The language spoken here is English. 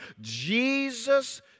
Jesus